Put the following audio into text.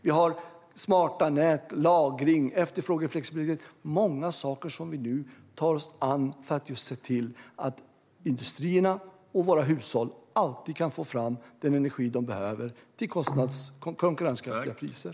Vi har smarta nät, lagring och efterfrågeflexibilitet - många saker som vi nu tar oss an för att just se till att industrierna och våra hushåll alltid kan få den energi de behöver till konkurrenskraftiga priser.